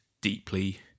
deeply